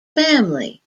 family